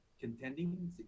contending